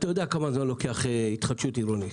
אתה יודע כמה זמן לוקח התחדשות עירונית.